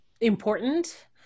important